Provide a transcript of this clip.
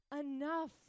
enough